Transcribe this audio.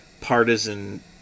partisan